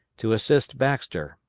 to assist baxter,